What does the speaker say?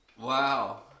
Wow